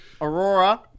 Aurora